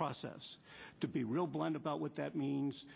process to be real blunt about what that means